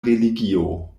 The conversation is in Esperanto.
religio